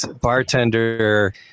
bartender